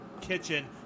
kitchen